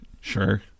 Sure